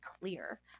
clear